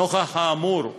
נוכח האמור,